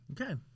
Okay